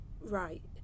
right